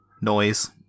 Noise